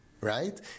Right